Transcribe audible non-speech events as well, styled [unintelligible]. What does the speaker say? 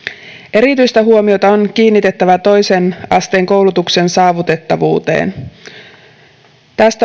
erityistä huomiota on kiinnitettävä toisen asteen koulutuksen saavutettavuuteen tästä [unintelligible]